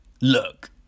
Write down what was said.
Look